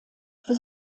für